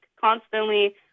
constantly